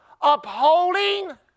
upholding